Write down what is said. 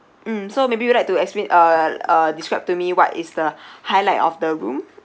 mm so maybe you would like to explain uh uh describe to me what is the highlight of the room